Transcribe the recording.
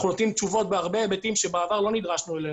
אנחנו נותנים תשובות בהרבה היבטים שבעבר לא נדרשנו אליהם,